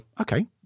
okay